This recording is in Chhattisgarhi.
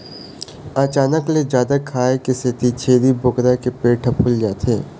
अचानक ले जादा खाए के सेती छेरी बोकरा के पेट ह फूल जाथे